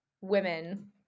women